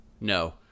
No